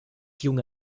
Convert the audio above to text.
junge